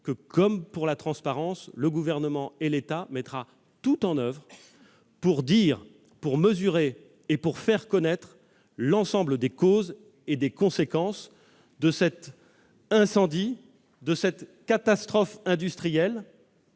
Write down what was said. qui concerne la transparence, le Gouvernement mettra tout en oeuvre pour dire, pour mesurer et pour faire connaître l'ensemble des causes et des conséquences de cette catastrophe industrielle